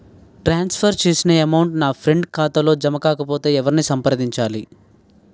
ట్రాన్స్ for చేసిన amount నా friend ఖాతాలో జమ కాకపొతే ఎవరిని సంప్రదించాలి?